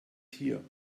tier